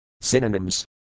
Synonyms